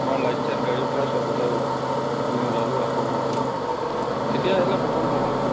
আমাৰ লাইট চাইট গাড়ীত উঠাই সব উঠাই আমি ওলালোঁ ৰাসৰ মঞ্চলৈ তেতিয়া আহিলে প্ৰথম প্ৰব্লেমটো